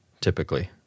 typically